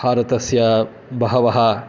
भारतस्य बहवः